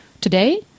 Today